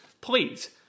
Please